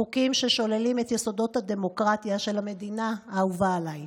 חוקים ששוללים את יסודות הדמוקרטיה של המדינה האהובה עליי.